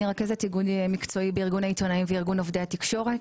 אני רכזת איגוד מקצועי בארגון העיתונאים ובארגון עובדי התקשורת.